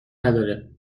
نداره